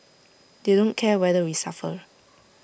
they don't care whether we suffer